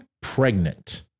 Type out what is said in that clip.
pregnant